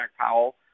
Powell